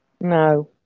No